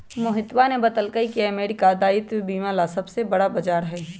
मोहितवा ने बतल कई की अमेरिका दायित्व बीमा ला सबसे बड़ा बाजार हई